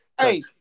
Hey